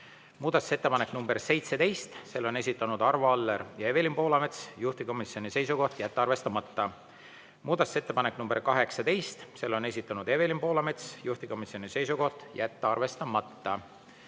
Muudatusettepanek nr 17, selle on esitanud Arvo Aller ja Evelin Poolamets, juhtivkomisjoni seisukoht: jätta arvestamata. Muudatusettepanek nr 18, selle on esitanud Evelin Poolamets, juhtivkomisjoni seisukoht: jätta arvestamata.